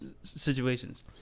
situations